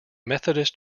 methodist